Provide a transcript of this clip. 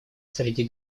среди